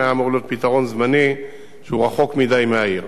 היה אמור להיות פתרון זמני שהוא רחוק מדי מהעיר.